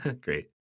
Great